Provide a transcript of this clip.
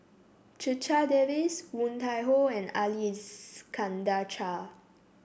Checha Davies Woon Tai Ho and Ali Iskandar Shah